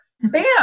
bam